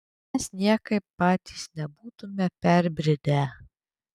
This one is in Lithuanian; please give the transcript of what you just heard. mes niekaip patys nebūtume perbridę